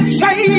say